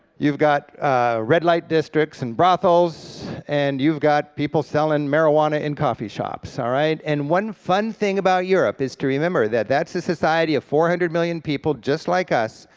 you've got red light districts, and brothels, and you've got people selling marijuana in coffee shops, all right. and one fun thing about europe is to remember that that's a society of four hundred million people just like us,